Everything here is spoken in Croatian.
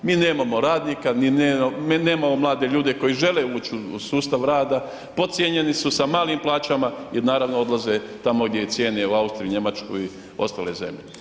Mi nemamo radnika, ni nemamo mlade ljude koji žele ući u sustav rada, podcijenjeni su sa malim plaćama jer naravno odlaze tako gdje ih cijene u Austriji, Njemačkoj i ostale zemlje.